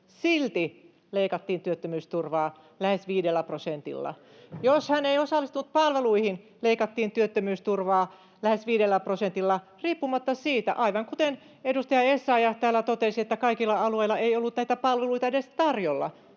silti leikattiin työttömyysturvaa lähes 5 prosentilla. [Oikealta: Se on eri asia!] Jos hän ei osallistunut palveluihin, leikattiin työttömyysturvaa lähes 5 prosentilla riippumatta siitä, aivan kuten edustaja Essayah täällä totesi, että kaikilla alueilla ei ollut näitä palveluita edes tarjolla.